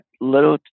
little